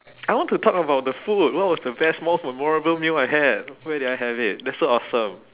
I want to talk about the food what was the best most memorable meal I had where did I have it that's so awesome